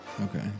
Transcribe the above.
Okay